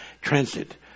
transit